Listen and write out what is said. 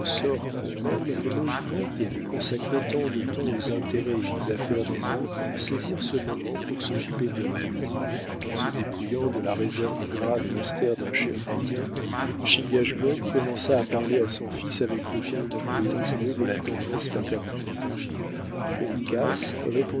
à eux-mêmes les mohicans qui avaient consacré tant de temps aux intérêts et aux affaires des autres saisirent ce moment pour s'occuper d'eux-mêmes se dépouillant de la réserve grave et austère d'un chef indien chingachgook commença à parler à son fils avec le ton doux et enjoué de la tendresse paternelle